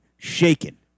Shaken